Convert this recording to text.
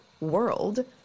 world